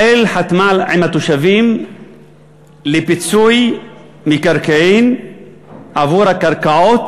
עם התושבים על פיצוי מקרקעין עבור הקרקעות